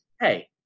hey